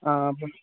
हां